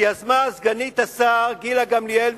שיזמה סגנית השר גילה גמליאל,